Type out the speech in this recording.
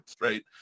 right